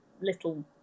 little